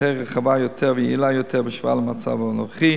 שתהא רחבה יותר ויעילה יותר בהשוואה למצב הנוכחי.